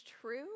true